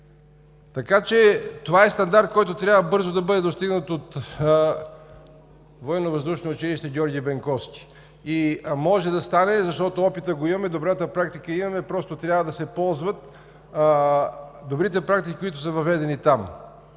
това е стандарт, който трябва бързо да бъде достигнат от Военновъздушното училище „Георги Бенковски“ и може да стане, защото опитът го имаме, добрата практика я имаме, просто трябва да се ползват добрите практики, които са въведени там